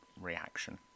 reaction